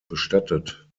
bestattet